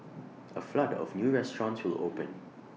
A flood of new restaurants will open